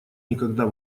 никогда